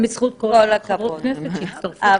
גם בזכות כל חברות הכנסת שהצטרפו.